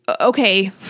Okay